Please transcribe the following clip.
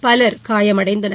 பலர் காயமடைந்தனர்